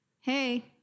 Hey